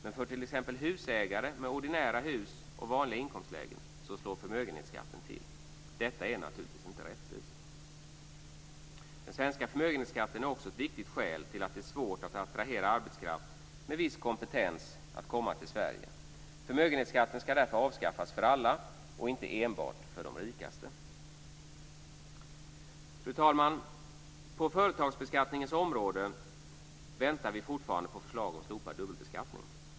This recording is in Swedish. Men för t.ex. husägare med ordinära hus och i vanliga inkomstlägen slår förmögenhetsskatten till. Detta är naturligtvis inte rättvist. Den svenska förmögenhetsskatten är också ett viktigt skäl till att det är svårt att attrahera arbetskraft med viss kompetens att komma till Sverige. Förmögenhetsskatten ska därför avskaffas för alla och inte enbart för de rikaste. Fru talman! På företagsbeskattningens område väntar vi fortfarande på förslag om slopad dubbelbeskattning.